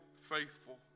faithful